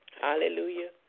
Hallelujah